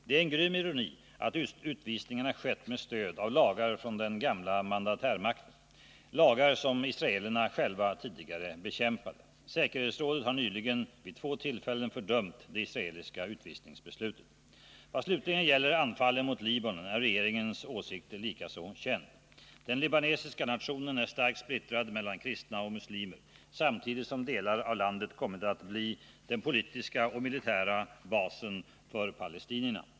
Det är en grym ironi att utvisningarna skett med stöd av lagar från den gamla mandatärmakten, lagar som israelerna själva tidigare bekämpade. Säkerhetsrådet har nyligen vid två tillfällen fördömt det israeliska utvisningsbeslutet. Vad slutligen gäller anfallen mot Libanon är regeringens åsikt likaså känd. Den libanesiska nationen är starkt splittrad mellan kristna och muslimer, samtidigt som delar av landet kommit att bli den politiska och militära basen för palestinierna.